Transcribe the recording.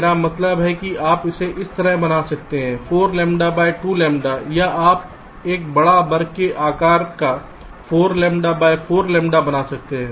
मेरा मतलब है कि आप इसे इस तरह बना सकते हैं 4 लैम्ब्डा बाय 2 लैम्ब्डा या आप एक बड़ा वर्ग के आकार का 4 लैम्ब्डा बाय4 लैम्ब्डा बना सकते हैं